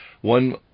One